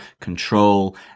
control